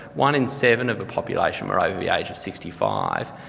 one in seven of the population were over the age of sixty five.